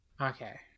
Okay